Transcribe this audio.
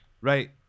Right